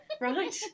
right